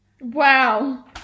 Wow